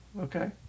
Okay